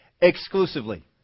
Exclusively